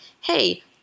hey